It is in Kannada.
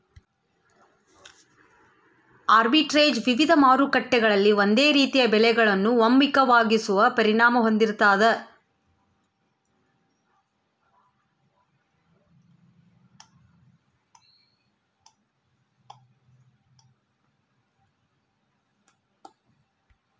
ಆರ್ಬಿಟ್ರೇಜ್ ವಿವಿಧ ಮಾರುಕಟ್ಟೆಗಳಲ್ಲಿ ಒಂದೇ ರೀತಿಯ ಬೆಲೆಗಳನ್ನು ಒಮ್ಮುಖವಾಗಿಸೋ ಪರಿಣಾಮ ಹೊಂದಿರ್ತಾದ